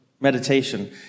Meditation